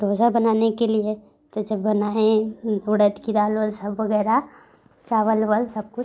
डोसा बनाने के लिए तो जब बनाए उड़द की दाल वाल सब वगैरह चावल ओवल सब कुछ